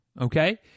Okay